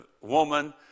woman